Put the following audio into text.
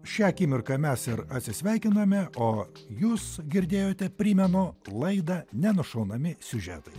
šią akimirką mes ir atsisveikiname o jūs girdėjote primenu laidą nenušaunami siužetai